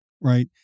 right